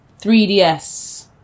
3DS